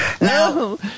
No